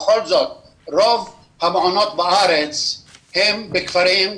רוב המעונות בארץ הם בכפרים,